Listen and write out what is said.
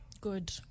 Good